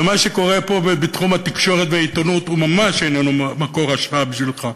ומה שקורה פה בתחום התקשורת והעיתונות הוא ממש איננו מקור השראה בשבילך.